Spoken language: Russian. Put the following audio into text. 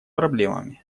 проблемами